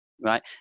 Right